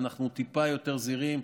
ואנחנו טיפה יותר זהירים,